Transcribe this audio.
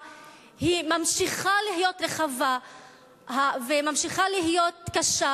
ממשיכה להיות רחבה וממשיכה להיות קשה.